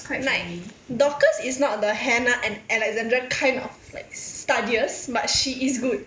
like dorcas is not the hannah and alexandra kind of like studious but she is good